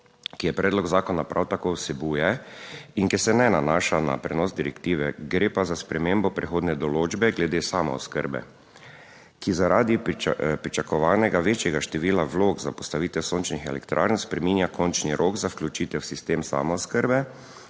ki je predlog zakona prav tako vsebuje in ki se ne nanaša na prenos direktive, gre pa za spremembo prehodne določbe glede samooskrbe, ki zaradi pričakovanega večjega števila vlog za postavitev sončnih elektrarn spreminja končni rok za vključitev v sistem samooskrbe